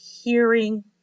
hearing